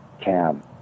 cam